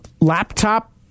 Laptop